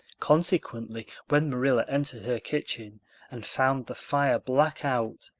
consequently, when marilla entered her kitchen and found the fire black out,